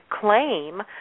claim